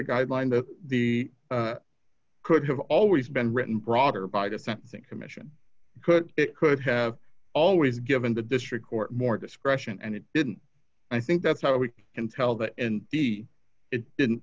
the guideline that the could have always been written broader by the sentencing commission could it could have always given the district court more discretion and it didn't i think that's how we can tell that it didn't